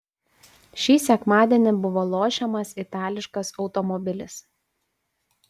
šį sekmadienį buvo lošiamas itališkas automobilis